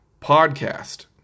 podcast